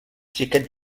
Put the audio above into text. xiquets